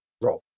Rob